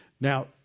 Now